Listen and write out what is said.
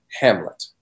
Hamlet